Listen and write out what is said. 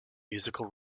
musical